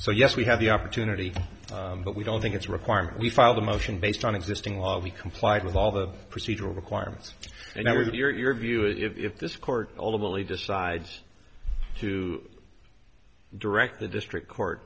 so yes we have the opportunity but we don't think it's a requirement we filed a motion based on existing law we complied with all the procedural requirements and then we did your view if this court ultimately decides to direct the district court